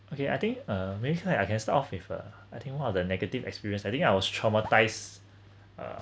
okay I think uh maybe like I can start off with uh I think one of the negative experience I think I was traumatized uh